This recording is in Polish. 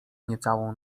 niecałą